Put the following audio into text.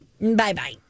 Bye-bye